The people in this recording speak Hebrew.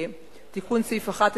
תיקון סעיף 11,